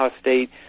State